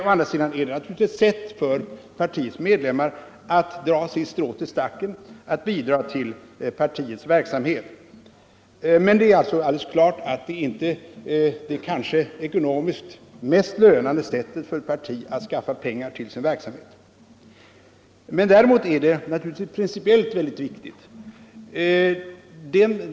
Å andra sidan är det naturligtvis ett sätt för partiets medlemmar att dra sitt strå till stacken och bidra till partiets verksamhet. Klart är emellertid att det inte är det ekonomiskt mest lönande sättet för ett parti att skaffa pengar till sin verksamhet. Däremot gäller motionen en principiellt mycket viktig fråga.